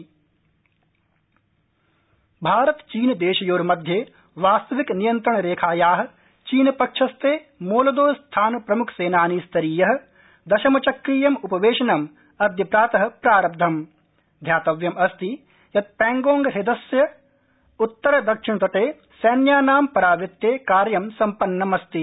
भारत चीन कमांडर वार्ता भारतचीनदेशर्योमध्ये वास्तविकनियन्त्रणरेखाया चीनपक्षस्थे मोलदो स्थाने प्रमुखसेनानीस्तरीय दशमचक्रीयम् उपवेशनं अद्य प्रात प्रारब्धम् ध्यातव्यमस्ति यत् पैंगोंग हृदस्य उत्तर दक्षिणतटे सैन्यानां परावृत्ते कार्यं सम्पन्नमस्ति